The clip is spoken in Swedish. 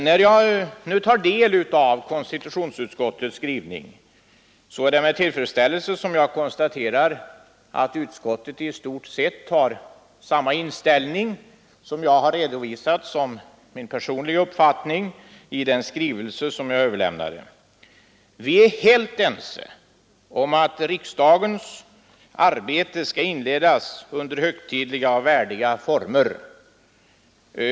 När jag nu har tagit del av konstitutionsutskottets skrivning har jag med tillfredsställelse konstaterat att utskottet i stort sett har samma inställning som jag har redovisat som min personliga uppfattning i den skrivelse jag överlämnade till talmannen. Vi är helt ense om att riksdagens arbete skall inledas under högtidliga och värdiga former.